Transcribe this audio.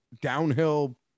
downhill